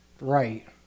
Right